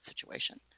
situation